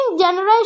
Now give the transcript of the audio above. generation